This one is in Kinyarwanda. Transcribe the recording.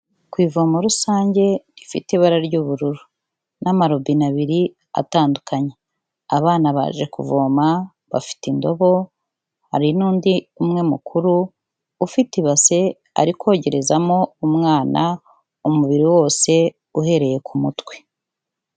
Ku ivomo rusange rifite ibara ry'ubururu, n'amarobine abiri atandukanye, abana baje kuvoma bafite indobo ,hari n'undi umwe mukuru ufite ibase ari kogerezamo umwana umubiri wose, uhereye ku mutwe.